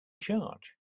charge